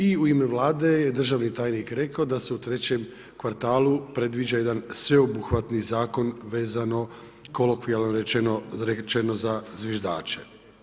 I u ime Vlade državni tajnik je rekao da se u trećem kvartalu predviđa jedan sveobuhvatni zakon vezano kolokvijalno rečeno za zviždače.